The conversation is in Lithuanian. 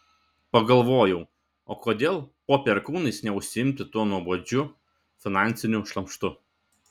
pagalvojau o kodėl po perkūnais neužsiimti tuo nuobodžiu finansiniu šlamštu